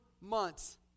months